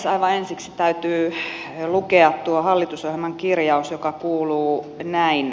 aivan ensiksi täytyy lukea tuo hallitusohjelman kirjaus joka kuuluu näin